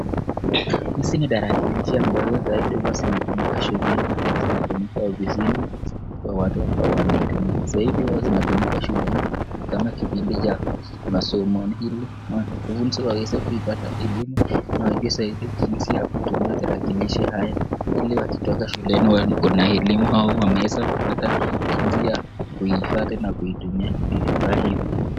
Hizi ni tarakilishi ambayo zaidi huwa zinatumika shuleni, au zinatumika au zinatumika ofisini kwa watu wanatumia, zaidi huwa zinatumika shuleni kama kipindi cha masomoni ili mwanafunzi aweze kupata elimu na wajue zaidi jinsi ya kutumia talakilishi haya ili wakiyoka shuleni wako na elimu wameeza kupata jinsi ya kuhifadhi na kuitumia vifaa hivi.